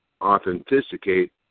authenticate